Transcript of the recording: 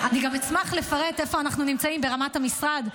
אני גם אשמח לפרט איפה אנחנו נמצאים ברמת המשרד,